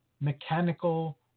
mechanical